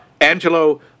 Angelo